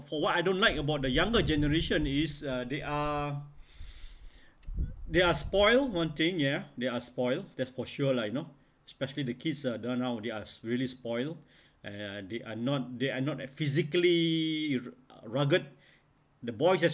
for what I don't like about the younger generation is uh they are they are spoil one thing ya they are spoil that's for sure lah you know especially the kids uh don't know how they are spoil and they are not they are not as physically y~ uh rugged the boys